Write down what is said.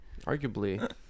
Arguably